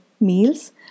meals